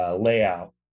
Layout